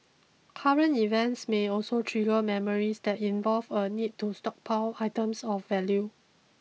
current events may also trigger memories that involve a need to stockpile items of value